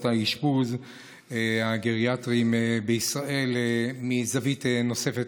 האשפוז הגריאטריים בישראל מזווית נוספת,